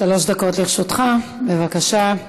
שלוש דקות לרשותך, בבקשה.